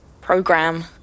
program